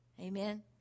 Amen